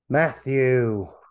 Matthew